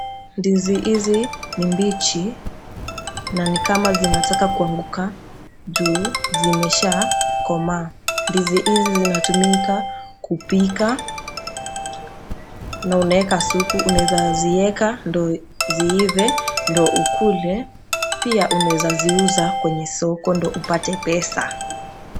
Ndizi hizi ni mbichi na ni kama zinataka kuanguka juu zimeshakomaa. Ndizi hizi zinatumika kupika na unaeka supu na unaeza zieka ndo ziive ndo ukule, pia unaweza ziuza kwenye soko ndo upate pesa.